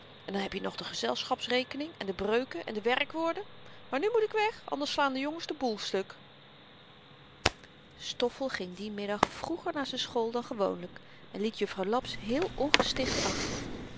en dan heb je nog de gezelschapsrekening en de breuken en de werkwoorden maar nu moet ik weg anders slaan de jongens den boel stuk stoffel ging dien middag vroeger naar z'n school dan gewoonlyk en liet jufvrouw laps heel ongesticht achter